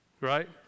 Right